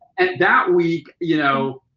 and that week, you know,